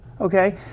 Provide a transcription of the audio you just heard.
okay